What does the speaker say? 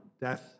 death